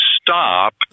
Stop